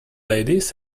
ladies